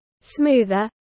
smoother